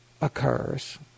occurs